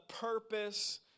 purpose